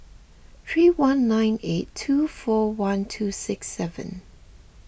three one nine eight two four one two six seven